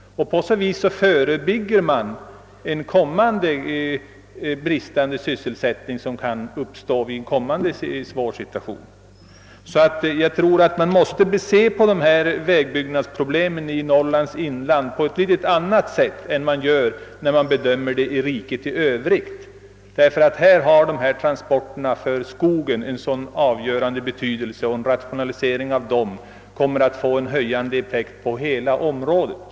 På så vis förebygger man en ytterligare nedgång i sysselsättningen som annars kan uppstå i en kommande svår situation. Jag tror att man måste se på vägbyggnadsproblemen i Norrlands inland på ett annat sätt än i riket i övrigt, ty transporterna för skogen har en avgörande betydelse på många håll i Norrland, och en rationalisering av dem kommer att få en höjande effekt för all verksamhet inom området.